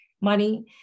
money